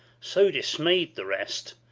so dismayed the rest,